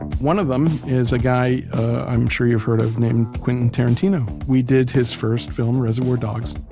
one of them is a guy, i'm sure you've heard of, named quentin tarantino. we did his first film, reservoir dogs,